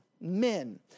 men